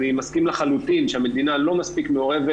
אני מסכים לחלוטין שהמדינה לא מספיק מעורבת